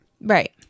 right